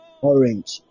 orange